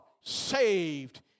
saved